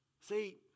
See